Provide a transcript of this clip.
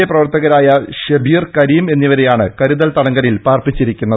I പ്രവർത്തകരായ ഷെബീർ കരിം എന്നിവരെയാണ് കരുതൽ തടങ്കിൽ പാർപ്പിച്ചിരിക്കുന്നത്